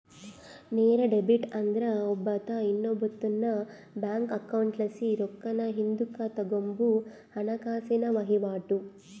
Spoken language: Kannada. ನೇರ ಡೆಬಿಟ್ ಅಂದ್ರ ಒಬ್ಬಾತ ಇನ್ನೊಬ್ಬಾತುನ್ ಬ್ಯಾಂಕ್ ಅಕೌಂಟ್ಲಾಸಿ ರೊಕ್ಕಾನ ಹಿಂದುಕ್ ತಗಂಬೋ ಹಣಕಾಸಿನ ವಹಿವಾಟು